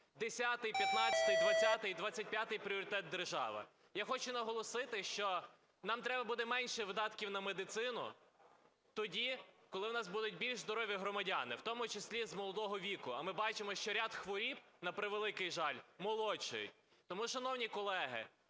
10-й, 15-й, 20-й і 25-й пріоритет держави. Я хочу наголосити, що нам треба буде менше видатків на медицину тоді, коли у нас будуть більш здорові громадяни, в тому числі з молодого віку, а ми бачимо, що ряд хвороб, на превеликий жаль, молодшають. Тому, шановні колеги,